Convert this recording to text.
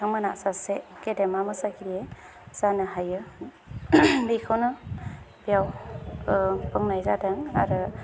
बिथांमोना सासे गेदेमा मोसागिरि जानो हायो बेखौनो बेयाव बुंनाय जादों आरो